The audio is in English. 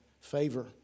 favor